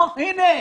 הנה,